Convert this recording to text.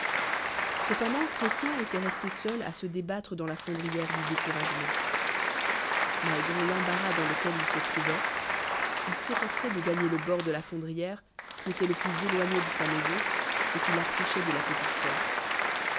cependant chrétien étoit resté seul chré se débattre dans la fondri re du tien là découragement malgré l'embarras jo r da dans eque il se trouvoit il eeffors'ét i c oit de gagner le bord de la fendriègimer de re qui étoit le plus éloigné de sa maison et qui l'approcboit de la petite porte